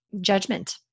judgment